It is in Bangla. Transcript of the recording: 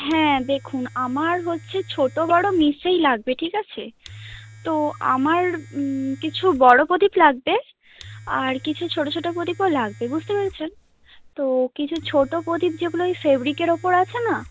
হ্যাঁ দেখুন আমার হচ্ছে ছোটো বড় মিশিয়েই লাগবে ঠিক আছে তো আমার কিছু বড় প্রদীপ লাগবে আর কিছু ছোটো ছোটো প্রদীপও লাগবে বুঝতে পেরেছেন তো কিছু ছোটো প্রদীপ যেগুলো ওই ফেব্রিকের ওপর আছে না